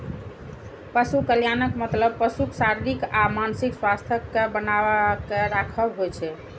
पशु कल्याणक मतलब पशुक शारीरिक आ मानसिक स्वास्थ्यक कें बनाके राखब होइ छै